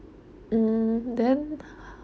mm then